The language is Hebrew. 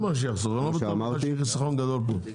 אני לא בטוח שיש חיסכון גדול פה.